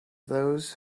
those